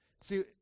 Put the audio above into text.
see